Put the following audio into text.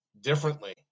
differently